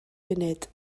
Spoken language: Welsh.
funud